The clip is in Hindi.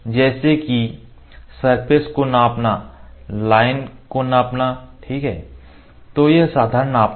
जैसे कि सरफेस को नापना लाइन को नापना ठीक है तो यह साधारण नापना है